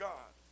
God